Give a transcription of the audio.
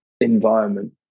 environment